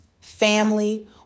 family